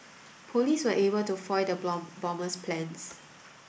police were able to foil the bomber's plans